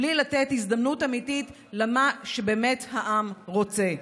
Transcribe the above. בלי לתת הזדמנות אמיתית למה שבאמת העם רוצה.